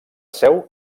seu